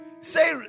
Say